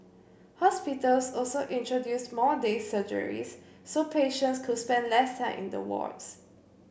hospitals also introduced more day surgeries so patients could spend less time in the wards